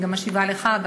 אני גם משיבה לך,